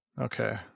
Okay